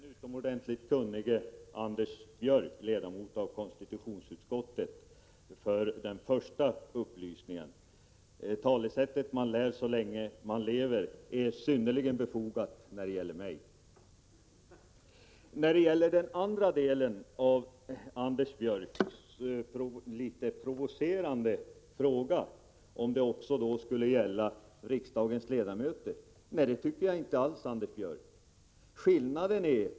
Herr talman! Först vill jag tacka den utomordentligt kunnige Anders Björck, ledamot av konstitutionsutskottet, för upplysningen. Talesättet ”man lär så länge man lever” är synnerligen befogat när det gäller mig. Anders Björck ställde den litet provocerande frågan om immuniteten också skulle avskaffas för riksdagens ledamöter. Nej, det tycker jag inte alls, Anders Björck.